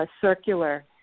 Circular